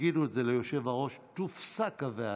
תגידו את זה ליושב-ראש ותופסק הוועדה.